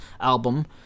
album